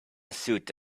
suite